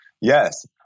yes